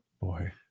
Boy